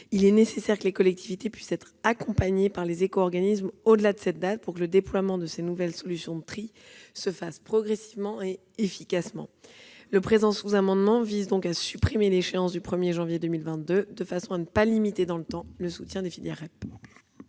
Il est nécessaire que les collectivités puissent être accompagnées par les éco-organismes au-delà de cette date pour que le déploiement de ces nouvelles solutions de tri se fasse progressivement et efficacement. Le sous-amendement vise donc à supprimer l'échéance du 1 janvier 2022, de façon à ne pas limiter dans le temps le soutien des filières REP.